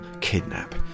Kidnap